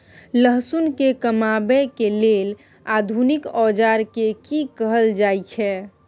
लहसुन के कमाबै के लेल आधुनिक औजार के कि कहल जाय छै?